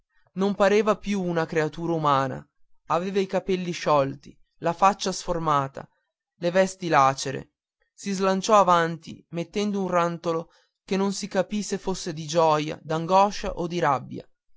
non pareva più una creatura umana aveva i capelli sciolti la faccia sformata le vesti lacere si slanciò avanti mettendo un rantolo che non si capì se fosse di gioia d'angoscia o di rabbia